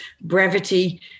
brevity